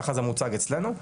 ככה זה מוצג אצלנו.